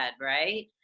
right